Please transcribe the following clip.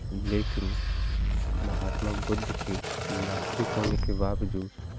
लेकिन महात्मा बुद्ध के नास्तिक होने के बावजूद